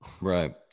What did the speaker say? Right